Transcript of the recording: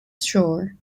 shore